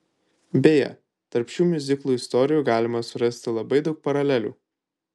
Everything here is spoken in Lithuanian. beje tarp šių miuziklų istorijų galima surasti labai daug paralelių